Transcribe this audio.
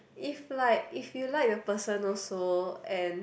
if like if you like the person also and